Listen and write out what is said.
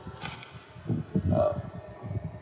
uh